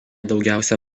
daugiausia